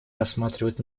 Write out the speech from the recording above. рассматривают